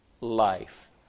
life